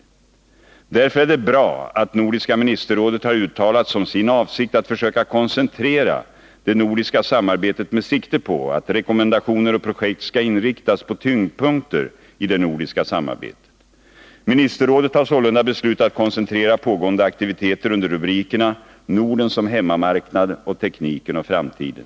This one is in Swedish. Därför är det bra att nordiska ministerrådet har uttalat som sin avsikt att försöka koncentrera det nordiska samarbetet med sikte på att rekommendationer och projekt skall inriktas på tyngdpunkter i det nordiska samarbetet. Ministerrådet har sålunda beslutat koncentera pågående aktiviteter under rubrikerna ”Norden som hemma marknad” och ”Tekniken och framtiden”.